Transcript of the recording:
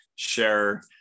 share